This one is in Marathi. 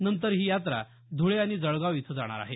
नंतर ही यात्रा ध्वळे आणि जळगाव इथं जाणार आहे